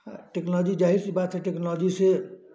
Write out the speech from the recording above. technology ज़ाहिर सी बात है टेक्नोलाॅजी से